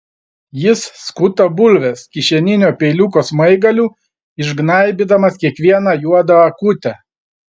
jis skuta bulves kišeninio peiliuko smaigaliu išgnaibydamas kiekvieną juodą akutę